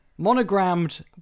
monogrammed